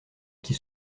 qui